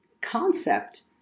concept